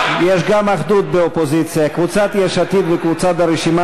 יש גם אחדות באופוזיציה: קבוצת יש עתיד וקבוצת הרשימה